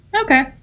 okay